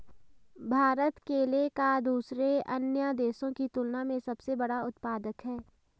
भारत केले का दूसरे अन्य देशों की तुलना में सबसे बड़ा उत्पादक है